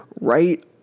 right